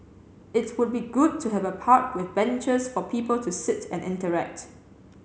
it would be good to have a park with benches for people to sit and interact